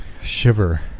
shiver